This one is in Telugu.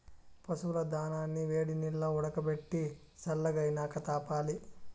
పశువుల దానాని వేడినీల్లో ఉడకబెట్టి సల్లగైనాక తాపాలి